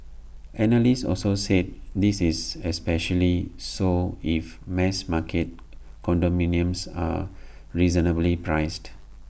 analysts also said this is especially so if mass market condominiums are reasonably priced